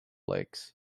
lakes